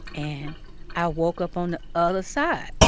and i woke up on the other side.